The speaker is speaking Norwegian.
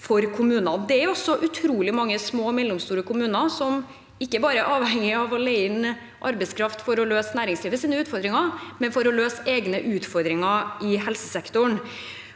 Det er utrolig mange små og mellomstore kommuner som ikke bare er avhengig av å leie inn arbeidskraft for å løse næringslivets utfordringer, men for å løse egne utfordringer i helsesektoren.